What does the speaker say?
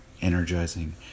energizing